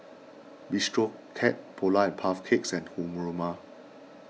Bistro Cat Polar and Puff Cakes and Haruma